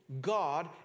God